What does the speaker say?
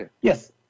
Yes